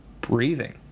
breathing